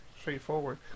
straightforward